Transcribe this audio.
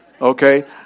Okay